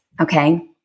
Okay